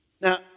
Now